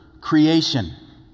creation